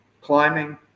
climbing